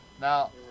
Now